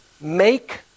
make